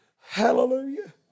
Hallelujah